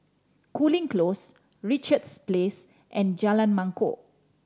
Cooling Close Richards Place and Jalan Mangkok